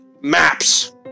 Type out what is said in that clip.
maps